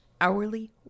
hourly